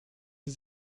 sie